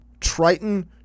Triton